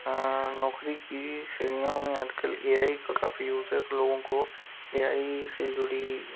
हाँ नौकरी की श्रेणियों में आजकल ए आइ का काफ़ी यूस है लोगों को ए आइ से जुड़ी